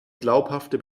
glaubhafte